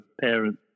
parents